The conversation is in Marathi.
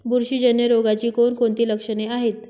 बुरशीजन्य रोगाची कोणकोणती लक्षणे आहेत?